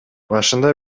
башында